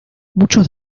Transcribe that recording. muchos